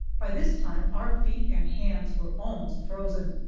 by this time our feet and hands were almost frozen,